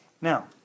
Now